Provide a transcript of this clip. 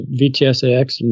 VTSAX